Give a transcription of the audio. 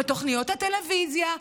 בתוכניות הטלוויזיה,